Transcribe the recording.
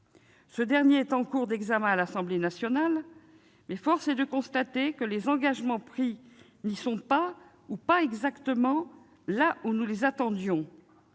Ce dernier est en cours d'examen à l'Assemblée nationale ; force est de constater que les engagements pris n'y sont pas ou pas exactement là où nous les attendions.